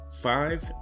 five